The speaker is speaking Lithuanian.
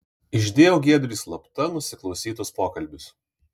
išdėjau giedriui slapta nusiklausytus pokalbius